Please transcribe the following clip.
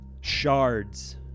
Shards